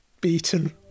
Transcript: beaten